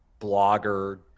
blogger